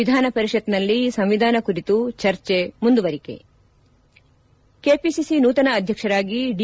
ವಿಧಾನ ಪರಿಷತ್ ನಲ್ಲಿ ಸಂವಿಧಾನ ಕುರಿತು ಚರ್ಚೆ ಮುಂದುವರಿಕೆ ಕೆಪಿಸಿಸಿ ನೂತನ ಅಧ್ಯಕ್ಷರಾಗಿ ಡಿ